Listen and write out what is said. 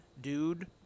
dude